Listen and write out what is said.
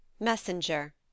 Messenger